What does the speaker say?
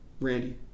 Randy